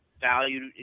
value